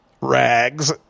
rags